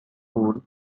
pool